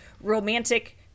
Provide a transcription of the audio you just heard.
romantic